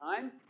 time